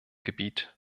gebiet